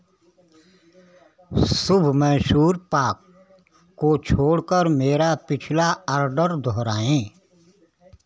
शुभ मैशूर पाक को छोड़कर मेरा पिछला आर्डर दोहराएँ